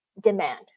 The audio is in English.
demand